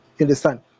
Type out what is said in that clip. understand